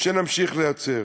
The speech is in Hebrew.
שנמשיך לייצר.